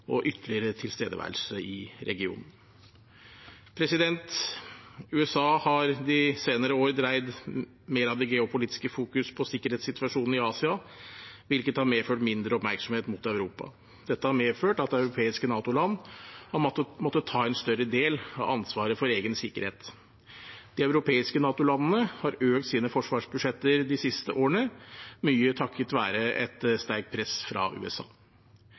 og ytterligere tilstedeværelse i, regionen. USA har de har de senere år dreiet mer av det geopolitiske fokus på sikkerhetssituasjonen i Asia, hvilket har medført mindre oppmerksomhet mot Europa. Dette har medført at europeiske NATO-land har måttet ta en større del av ansvaret for egen sikkerhet. De europeiske NATO-landene har økt sine forsvarsbudsjetter de siste årene, mye takket være et sterkt press fra USA.